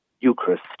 Eucharist